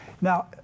Now